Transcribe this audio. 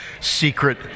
secret